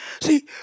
See